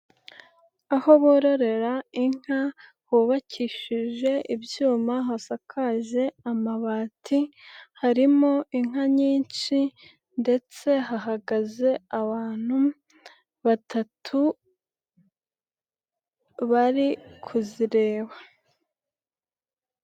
Aho bororera inka hubakishije ibyuma, hasakaze amabati harimo inka nyinshi ndetse hahagaze abantu batatu bari kuzireba.